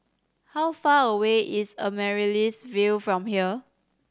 how far away is Amaryllis Ville from here